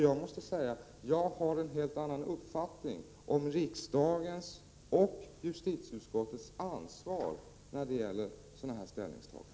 Jag måste säga att jag har en helt annan uppfattning om riksdagens och justitieutskottets ansvar när det gäller sådana här ställningstaganden.